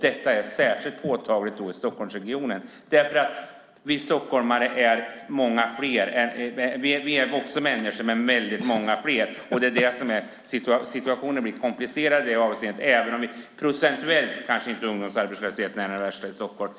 Detta är särskilt påtagligt i Stockholmsregionen. Vi stockholmare är också människor, men väldigt många fler. Situationen blir komplicerad i det avseendet även om ungdomsarbetslösheten procentuellt sett kanske inte är den värsta i Stockholm. Men vi är väldigt många fler.